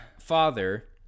Father